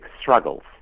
struggles